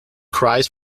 cries